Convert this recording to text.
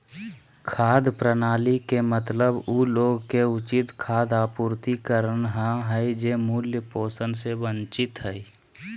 खाद्य प्रणाली के मतलब उ लोग के उचित खाद्य आपूर्ति करना हइ जे मूल पोषण से वंचित हइ